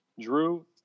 Drew